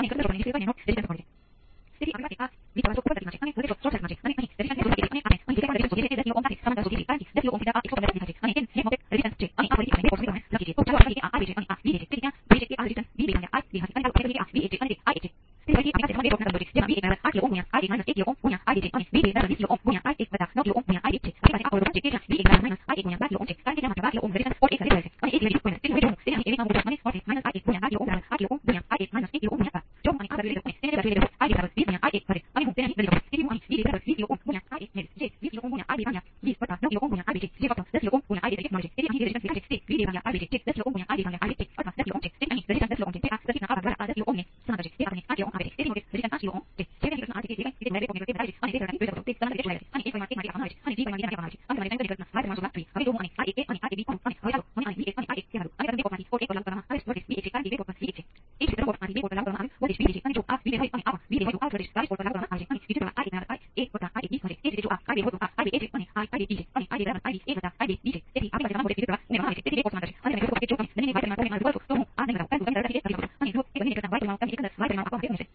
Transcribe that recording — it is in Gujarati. તેથી કારણ કે જો આપણે R ને બહુ મોટું હોય એવું કહીએ તો મારો મતલબ એ છે કે સમય R ખુબ મોટો હોવાને કારણે સમય અચળાંક પણ ખૂબ મોટો હોઈ શકે છે અથવા C ખૂબ મોટો હોઈ શકે છે અને જો R ખૂબ મોટો હોય તો તેનો અર્થ એ છે કે વિદ્યુત પ્રવાહ ખૂબ જ નાનો હોય છે અને શરૂઆતમાં સમાન 5 વોલ્ટ માટે નો વિદ્યુત પ્રવાહ ખૂબ નાનો હોય છે